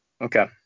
Okay